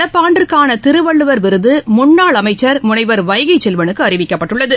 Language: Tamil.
நடப்பாண்டிற்கானதிருவள்ளுவர் இதன்படி விருதுமுன்னாள் அமைச்சர் முனைவர் வைகைசெல்வனுக்குஅறிவிக்கப்பட்டுள்ளது